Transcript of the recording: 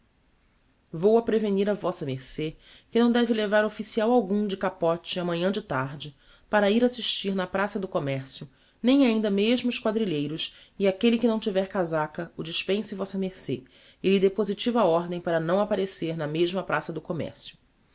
vou a prevenir a vm ce que não deve levar official algum de capote ámanhã de tarde para hir assistir na praça do commercio nem ainda mesmo os quadrilheiros e aquelle que não tiver cazaca o dispense vm ce e lhe dê positiva ordem para não apparecer na mesma praça do commercio